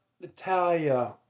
Natalia